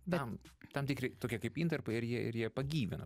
bent tam tikri tokie kaip intarpai ir jie ir jie pagyvina